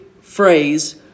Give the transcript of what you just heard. phrase